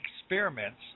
experiments